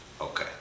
Okay